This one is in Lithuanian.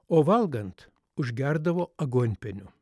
o valgant užgerdavo aguonpieniu